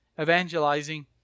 evangelizing